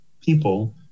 people